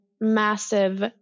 massive